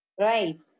right